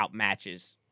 outmatches